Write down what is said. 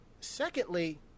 Secondly